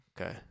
Okay